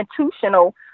institutional